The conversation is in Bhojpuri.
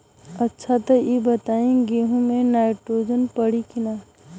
अच्छा त ई बताईं गेहूँ मे नाइट्रोजन पड़ी कि ना?